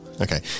Okay